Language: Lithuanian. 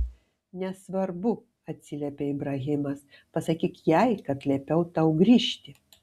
nesvarbu atsiliepė ibrahimas pasakyk jai kad liepiau tau grįžti